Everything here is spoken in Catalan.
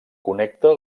connecta